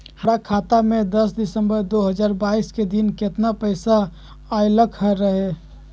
हमरा खाता में दस सितंबर दो हजार बाईस के दिन केतना पैसा अयलक रहे?